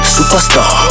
Superstar